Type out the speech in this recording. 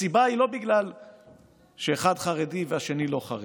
הסיבה היא לא שאחד חרדי והשני לא חרדי,